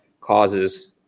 causes